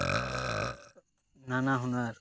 ᱱᱟᱱᱟᱦᱩᱱᱟᱹᱨ